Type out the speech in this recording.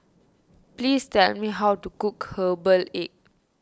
please tell me how to cook Herbal Egg